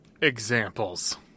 examples